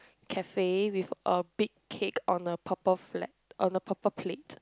cafe with a big cake on a purple flat on a purple plate